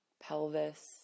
pelvis